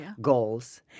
goals